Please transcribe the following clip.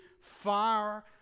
fire